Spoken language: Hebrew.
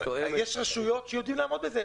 תואמת --- יש רשויות שיודעות לעמוד בזה.